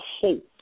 hope